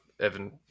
Evan